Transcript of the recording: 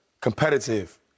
competitive